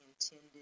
intended